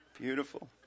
Beautiful